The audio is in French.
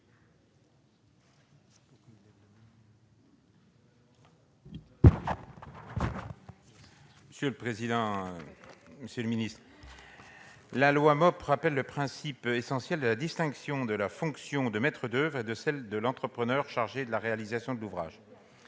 présenter l'amendement n° 262 rectifié. La loi MOP rappelle le principe essentiel de la distinction de la fonction du maître d'oeuvre de celle de l'entrepreneur chargé de la réalisation de l'ouvrage.